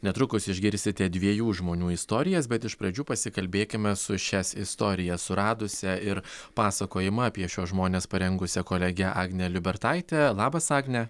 netrukus išgirsite dviejų žmonių istorijas bet iš pradžių pasikalbėkime su šias istorijas suradusia ir pasakojimą apie šiuos žmones parengusia kolege agne liubertaite labas agne